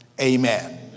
Amen